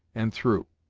and threw.